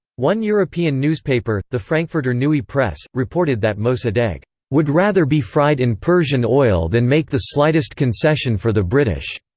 one european newspaper, the frankfurter neue presse, reported that mosaddegh would rather be fried in persian oil than make the slightest concession for the british.